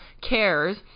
cares